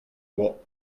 will